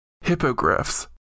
Hippogriffs